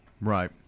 Right